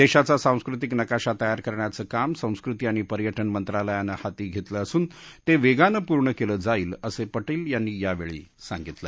दशीचा सांस्कृतिक नकाशा तयार करण्याचं काम संस्कृती आणि पर्यटन मंत्रालयानं हाती घरतलं असून तव्यानपूर्ण कले जाईल असं पटलीयांनी यावळी सांगितलं